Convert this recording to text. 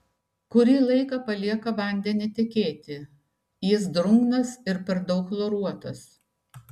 kurį laiką palieka vandenį tekėti jis drungnas ir per daug chloruotas